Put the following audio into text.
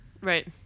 Right